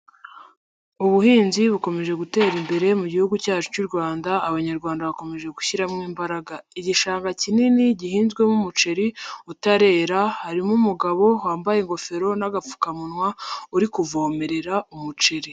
Ubuhinzi bukomeje gutera imbere mu gihugu cyacu cy'u Rwanda. Abanyarwanda bakomeje gushyiramo imbaraga. Igishanga kinini gihinzwemo umuceri utarera. Harimo umugabo wambaye ingofero n'agapfukamunwa uri kuvomerera umuceri.